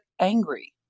angry